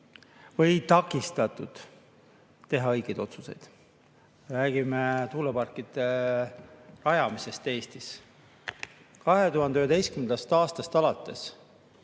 või takistatud teha õigeid otsuseid. Räägime tuuleparkide rajamisest Eestis. 2011. aastast alates